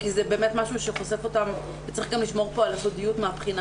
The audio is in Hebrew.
כי זה באמת משהו שחושף אותן וצריך גם לשמור פה על הסודיות מהבחינה